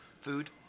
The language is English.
Food